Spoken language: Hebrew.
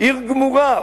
עיר גמורה.